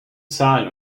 zahl